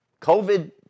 covid